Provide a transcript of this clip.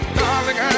darling